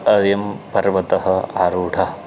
अयं पर्वतः आरूढः